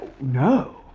No